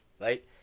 right